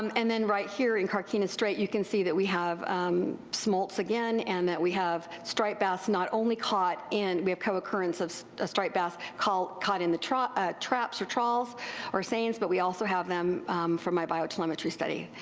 um and then right here in carquinez strait you can see that we have smolts again and that we have striped bass not only caught ino we have co-occurrence of striped bass caught caught in the ah traps or trawls or seines, but we also have them from my biotelemetry study.